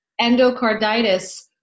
endocarditis